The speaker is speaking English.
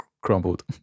crumbled